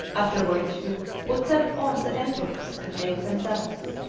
after which we put them on the embers and ate them thus.